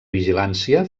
vigilància